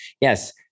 yes